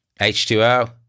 H2O